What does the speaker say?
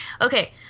Okay